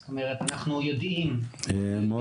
זאת אומרת אנחנו יודעים --- מורן,